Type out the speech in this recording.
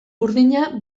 burdina